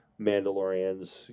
Mandalorians